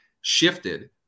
shifted